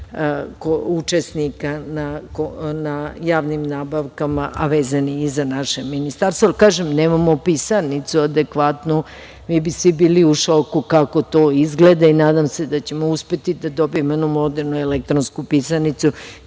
učesnika na javnim nabavkama koje su vezane i za naše Ministarstvo. Kažem, nemamo pisarnicu adekvatnu. Vi bi svi bili u šoku kako to izgleda. Nadam se da ćemo uspeti da dobije jednu modernu, elektronsku pisarnicu